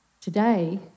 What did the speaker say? Today